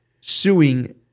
suing